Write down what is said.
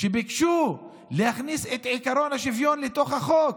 שביקשו להכניס את עקרון השוויון לתוך החוק?